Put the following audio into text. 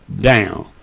down